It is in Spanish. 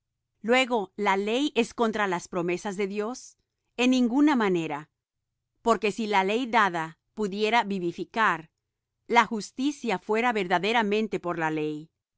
luego la ley es contra las promesas de dios en ninguna manera porque si la ley dada pudiera vivificar la justicia fuera verdaderamente por la ley